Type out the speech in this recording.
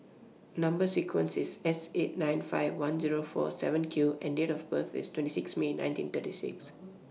Number sequence IS S eight nine five one Zero four seven Q and Date of birth IS twenty six May nineteen thirty six